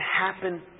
happen